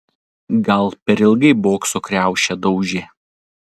gal per ilgai bokso kriaušę daužė